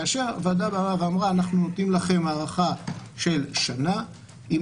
כאשר הוועדה באה ואמרה: אנחנו נותנים לכם הארכה של שנה עם